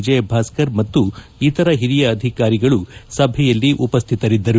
ವಿಜಯಭಾಸ್ಕರ್ ಮತ್ತು ಇತರ ಓರಿಯ ಅಧಿಕಾರಿಗಳು ಸಭೆಯಲ್ಲಿ ಉಪಸ್ಥಿತರಿದ್ದರು